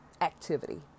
activity